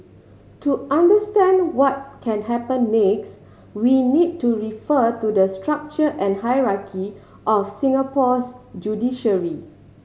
to understand what can happen next we need to refer to the structure and hierarchy of Singapore's judiciary